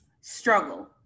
struggle